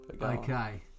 Okay